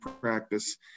practice